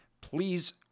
Please